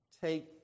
take